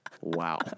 Wow